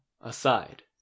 aside